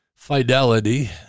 Fidelity